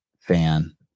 fan